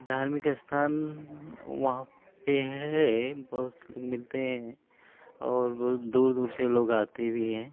धार्मिक स्थान वहाँ पर है बहुत सारे मिलते हैं और बहुत दूर दूर से लोग आते भी हैं